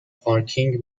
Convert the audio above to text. پارکینگ